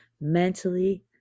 mentally